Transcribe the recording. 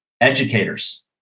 educators